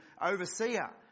overseer